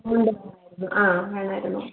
ആ വേണമായിരുന്നു